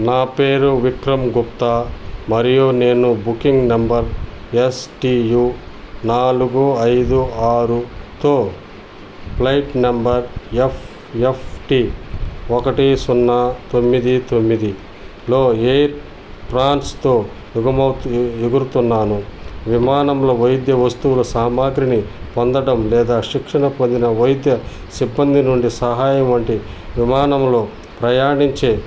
నా పేరు విక్రమ్ గుప్తా మరియు నేను బుకింగ్ నంబర్ ఎస్టియు నాలుగు ఐదు ఆరుతో ప్లైట్ నంబర్ ఎఫ్ఎఫ్టి ఒకటి సున్నా తొమ్మిది తొమ్మిదిలో ఎయిర్ ప్రాన్స్తో ఎగుమవ్త్ ఎగురుతున్నాను విమానంలో వైద్య వస్తుల సామగ్రిని పొందడం లేదా శిక్షణ పొందిన వైద్య సిబ్బంది నుండి సహాయం వంటి విమానంలో ప్రయాణించే